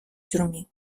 тюрмі